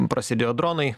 prasidėjo dronai